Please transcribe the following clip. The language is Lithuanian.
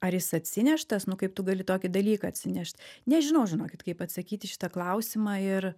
ar jis atsineštas nu kaip tu gali tokį dalyką atsinešt nežinau žinokit kaip atsakyt į šitą klausimą ir